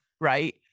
Right